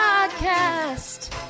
podcast